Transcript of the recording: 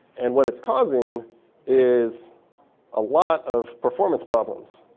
and what it's causing is a lot of performance problems,